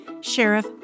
Sheriff